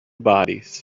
bodies